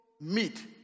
meet